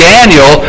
Daniel